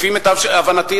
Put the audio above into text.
לפי מיטב הבנתי,